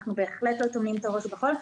אנחנו בהחלט לא טומנים את הראש בחול.